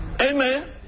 Amen